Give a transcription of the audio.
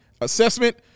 assessment